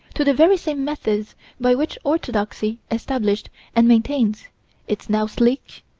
to the very same methods by which orthodoxy established and maintains its now sleek,